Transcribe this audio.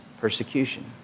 Persecution